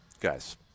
Guys